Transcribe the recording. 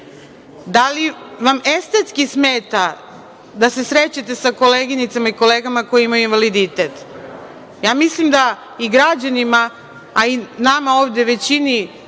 li vam estetski smeta da se srećete sa koleginicama i kolega koje imaju invaliditet? Ja mislim da i građanima i nama ovde većini